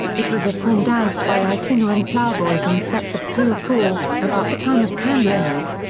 it was a form danced by itinerant ploughboys in sets of three or four, about the time of candlemas.